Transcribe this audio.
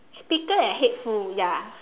speaker and headphones ya